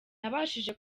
nabashije